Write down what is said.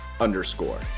underscore